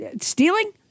stealing